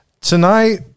tonight